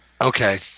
Okay